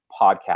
podcast